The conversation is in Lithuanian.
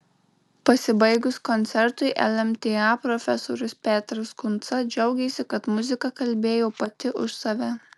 pasibaigus koncertui lmta profesorius petras kunca džiaugėsi kad muzika kalbėjo pati už save